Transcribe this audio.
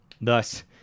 Thus